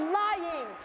lying